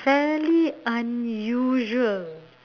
fairly unusual